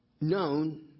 known